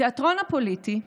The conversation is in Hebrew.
בתיאטרון הפוליטי,